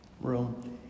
room